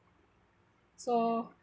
so